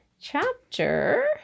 chapter